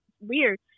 weird